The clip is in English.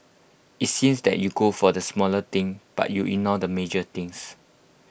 IT seems that you go for the smaller thing but you ignore the major things